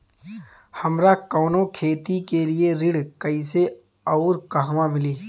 हमरा कवनो खेती के लिये ऋण कइसे अउर कहवा मिली?